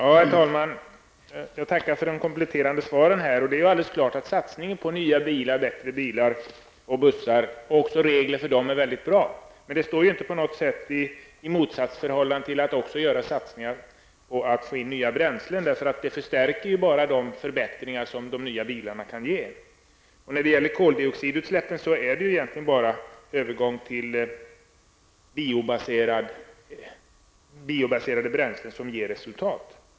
Herr talman! Jag tackar för de kompletterande svaren. Det är klart att satsningen på nya och bättre bilar och bussar och regler för användningen av dem är bra. Men det står inte i något motsatsförhållande till att också göra satsningar på att få fram nya bränslen. Det förstärker bara de förbättringar som de nya bilarna kan ge. När det gäller koldioxidutsläppen är det egentligen bara en övergång till biobaserade bränslen som ger resultat.